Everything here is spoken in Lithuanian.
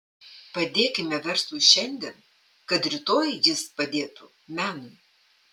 padėkime verslui šiandien kad rytoj jis padėtų menui